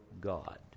God